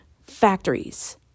factories